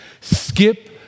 Skip